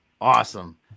Awesome